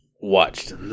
watched